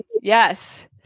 Yes